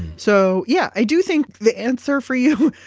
so yeah i do think the answer for you,